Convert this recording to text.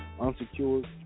Unsecured